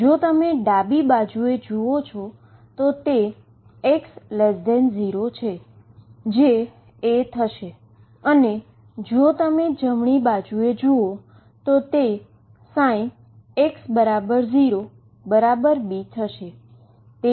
જો તમે ડાબી બાજુ એ જુઓ તો x0 છે જે A થશે અને જો તમે જમણા બાજુ એ જુઓ તો ψ x 0 B થશે